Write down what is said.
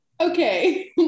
Okay